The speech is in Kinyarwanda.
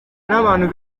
n’abantu